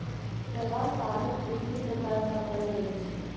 शैवाल पालन विभिन्न प्रकार सॅ कयल जाइत अछि